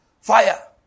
fire